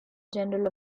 general